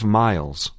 miles